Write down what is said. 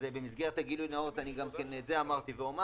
אז במסגרת הגילוי הנאות אני אמרתי את זה ואומר,